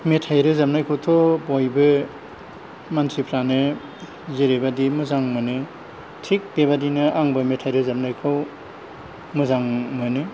मेथाइ रोजाबनायखौथ' बयबो मानसिफ्रानो जेरैबादि मोजां मोनो थिग बेबायदिनो आंबो मेथाइ रोजाबनायखौ मोजां मोनो